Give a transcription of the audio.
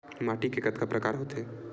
माटी के कतका प्रकार होथे?